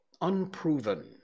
unproven